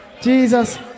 Jesus